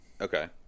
Okay